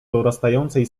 dorastającej